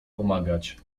pomagać